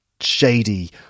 shady